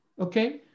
okay